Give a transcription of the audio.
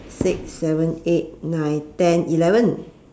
six seven eight nine ten eleven